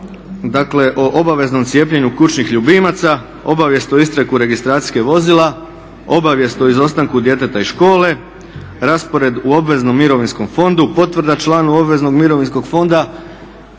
dakle o obaveznom cijepljenju kućnih ljubimaca, obavijest o isteku registracijskih vozila, obavijest o izostanku djeteta iz škole, raspored u obveznom mirovinskom fondu, potvrda članu obveznog mirovinskog fonda.